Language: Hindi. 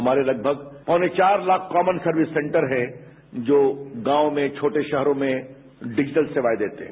हमारे लगभग पौने चार लाख कॉमन सर्विस सेटर है जो नांव में छोटे सहरो में डिजिटल सेवाए देते हैं